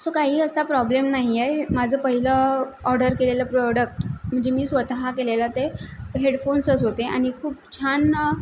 so काही असा problem नाही आहे माझं पहिलं ऑर्डर केलेलं प्रोडक्ट म्हणजे मी स्वतः केलेला ते हेडफोन्सच होते आणि खूप छान